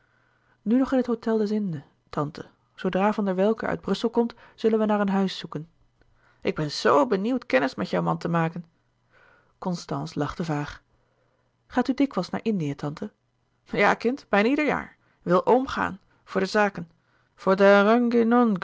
nu nog in het hôtel des indes tante zoodra van der welcke uit brussel komt zullen wij naar een huis zoeken ik ben so benieuwd kennis met jouw man te maken constance lachte vaag gaat u dikwijls naar indië tante ja kind bijna ieder jaar wil om gaan voor de